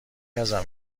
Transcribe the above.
ازم